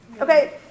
Okay